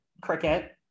cricket